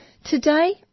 Today